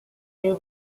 new